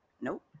Nope